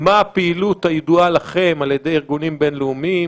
מה הפעילות הידועה לכם על ידי ארגונים בין-לאומיים.